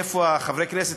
איפה חברי הכנסת,